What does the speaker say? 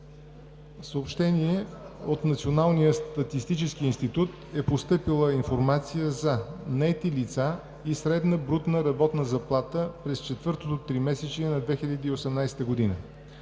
събрание. От Националния статистически институт е постъпила информация за наети лица и средна брутна работна заплата през четвъртото тримесечие на 2018 г.;